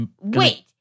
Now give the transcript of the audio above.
Wait